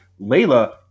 Layla